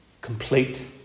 complete